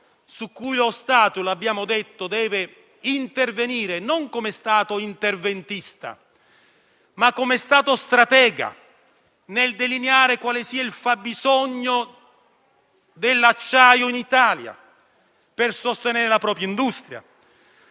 su cui lo Stato - l'abbiamo detto - deve intervenire non come Stato interventista, ma come Stato stratega nel delineare quale sia il fabbisogno dell'acciaio in Italia, per sostenere la propria industria